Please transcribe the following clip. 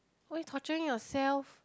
why you torturing yourself